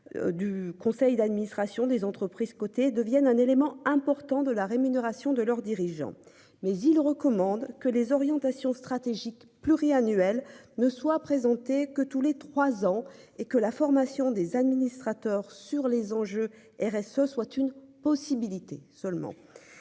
Du conseil d'administration des entreprises cotées deviennent un élément important de la rémunération de leurs dirigeants mais il recommande que les orientations stratégiques pluriannuels ne soit présenté que tous les trois ans et que la formation des administrateurs sur les enjeux RSE soit une possibilité. Seulement